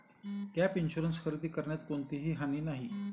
gap insurance खरेदी करण्यात कोणतीही हानी नाही